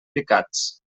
picats